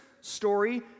story